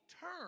turn